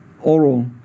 oral